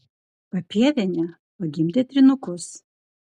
papievienė pagimdė trynukus